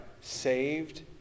saved